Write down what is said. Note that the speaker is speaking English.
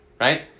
right